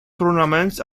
tournaments